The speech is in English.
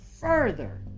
further